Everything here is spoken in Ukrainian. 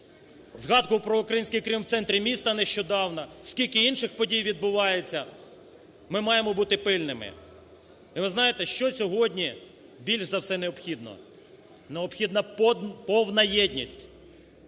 згадку про український Крим в центрі міста нещодавно, скільки інших подій відбувається. Ми маємо бути пильними. І ви знаєте, що сьогодні більш за все необхідно. Необхідна повна єдність.